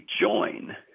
join